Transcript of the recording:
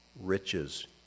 riches